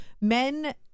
men